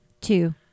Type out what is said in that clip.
Two